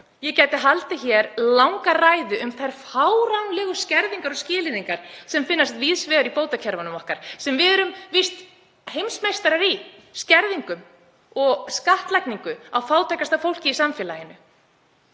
Ég gæti haldið hér langa ræðu um þær fáránlegu skerðingar og skilyrðingar sem finnast víðs vegar í bótakerfunum okkar, sem við erum víst heimsmeistarar í, skerðingum og skattlagningu á fátækasta fólkið í samfélaginu.